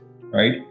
right